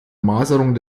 maserung